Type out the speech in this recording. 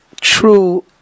true